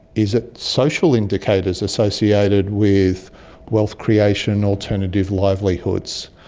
is it social indicators associated with wealth creation, alternative livelihoods?